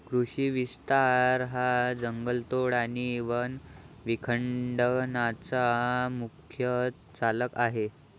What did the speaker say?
कृषी विस्तार हा जंगलतोड आणि वन विखंडनाचा मुख्य चालक आहे